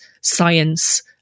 science